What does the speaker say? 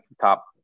top